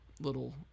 little